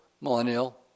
millennial